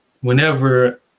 whenever